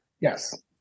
Yes